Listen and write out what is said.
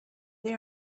they